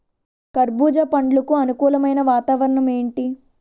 కర్బుజ పండ్లకు అనుకూలమైన వాతావరణం ఏంటి?